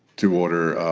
to order